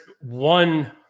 one